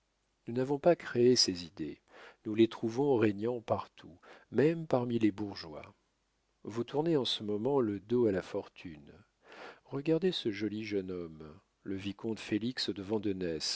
nous n'avons pas créé ces idées nous les trouvons régnant partout même parmi les bourgeois vous tournez en ce moment le dos à la fortune regardez ce joli jeune homme le vicomte félix